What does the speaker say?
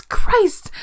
Christ